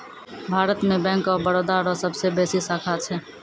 भारत मे bank of Baroda रो सबसे बेसी शाखा छै